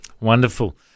Wonderful